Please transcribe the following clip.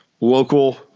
local